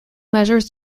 measures